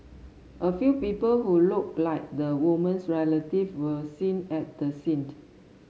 a few people who looked like the woman's relative were seen at the scent